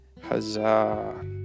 huzzah